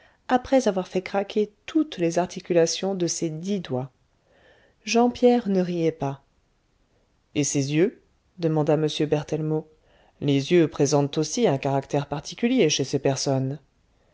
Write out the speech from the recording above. après avoir fait craquer toutes les articulations de ses dix doigts jean pierre ne riait pas et ses yeux demanda m berthellemot les yeux présentent aussi un caractère particulier chez ces personnes